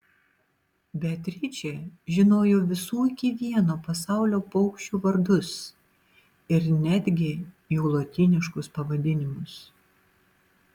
beatričė žinojo visų iki vieno pasaulio paukščių vardus ir netgi jų lotyniškus pavadinimus